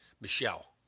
michelle